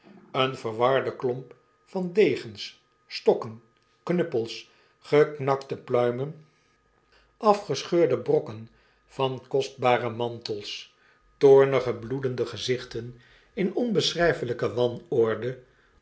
een verwarde klomp van degens stokken knuppels geknaktepluimen afgescheurde brokken van kostbare mantels toornige bloedeude gezichten in onbeschrijfelijke wanorde